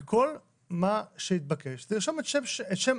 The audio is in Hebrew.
כל מה שהתבקש זה לרשום את שם ההורה.